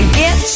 get